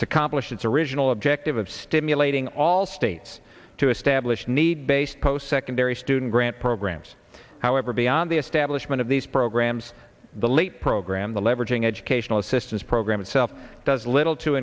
it's accomplished its original objective of stimulating all states to establish need based post secondary student grant programs however beyond the establishment of these programs the late program the leveraging educational assistance program itself does little to